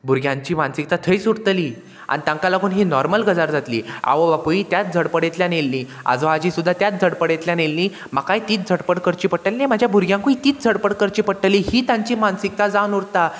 भुरग्यांची मानसिकता थंयच उरतली आनी तांकां लागून ही नॉर्मल गजाल जातली आवय बापूय त्याच झडपडेतल्यान येयल्लीं आजो आजी सुद्दां त्याच झडपडेतल्यान येयल्लीं म्हाकाय तीच झडपड करची पडटली म्हाज्या भुरग्यांकूय तीच झडपड करची पडटली ही तांची मानसिकता जावन उरता